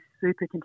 super